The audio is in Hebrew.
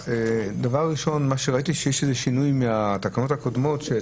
ראיתי שיש איזה שינוי מהתקנות הקודמות לפיו